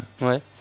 Ouais